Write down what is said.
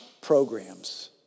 programs